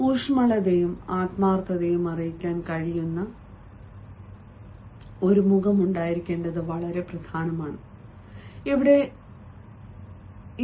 ഉഷ്മളതയും ആത്മാർത്ഥതയും അറിയിക്കാൻ കഴിയുന്ന ഒരു മുഖം ഉണ്ടായിരിക്കേണ്ടത് എങ്ങനെ പ്രധാനമാണെന്ന് ഇവിടെ നിങ്ങൾക്ക് നോക്കാം